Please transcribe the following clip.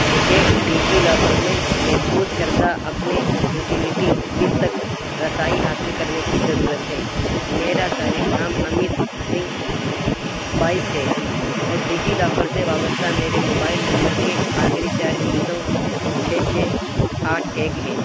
مجھے ڈیجیلاکر میں محفوظ کردہ اپنے یوٹیلیٹی بل تک رسائی حاصل کرنے کی ضرورت ہے میرا صارف نام امت سنگھ بائیس ہے اور ڈیجیلاکر سے وابستہ میرے موبائل نمبر کے آخری چار ہندسوں چھ چھ آٹھ ایک ہیں